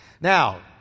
Now